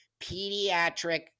Pediatric